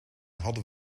hadden